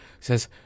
says